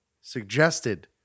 suggested